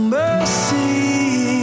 mercy